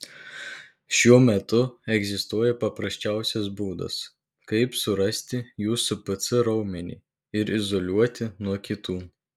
šiuo metu egzistuoja paprasčiausias būdas kaip surasti jūsų pc raumenį ir izoliuoti nuo kitų